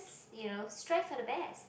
you know strive for the best